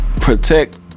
Protect